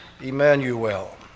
Emmanuel